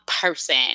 person